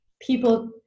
people